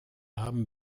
haben